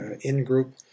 in-group